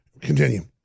Continue